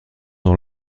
dans